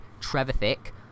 Trevithick